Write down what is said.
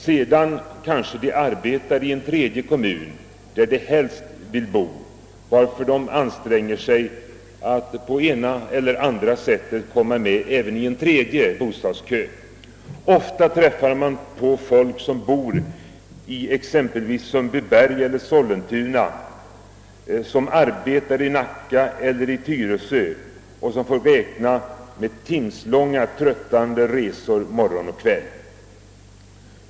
Sedan kanske de arbetar i en tredje kommun, där de helst vill bo, varför de anstränger sig för att komma med i en tredje bostadskö. Ofta träffar man folk som bor i t.ex. Sundbyberg eller Sollentuna och som arbetar i Nacka eller Tyresö och får räkna med timslånga tröttande resor morgon och kväll.